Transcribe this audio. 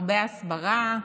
הרבה הסברה.